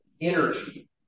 energy